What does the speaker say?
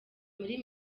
muri